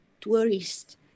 tourists